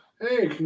Hey